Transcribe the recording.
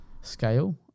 scale